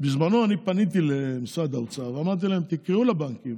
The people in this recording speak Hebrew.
בזמנו פניתי למשרד האוצר ואמרתי להם: תקראו לבנקים